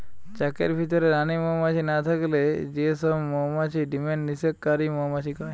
চাকের ভিতরে রানী মউমাছি না থাকলে যে সব মউমাছি ডিমের নিষেক কারি মউমাছি কয়